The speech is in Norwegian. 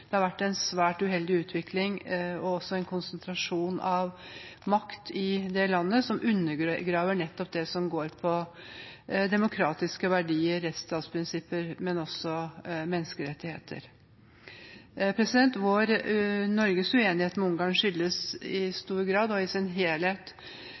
det har vært en svært uheldig utvikling og også en konsentrasjon av makt i landet, som undergraver nettopp det som går på demokratiske verdier, rettsstatsprinsipper og også menneskerettigheter. Norges uenighet med Ungarn skyldes i stor grad